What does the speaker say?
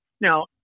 Now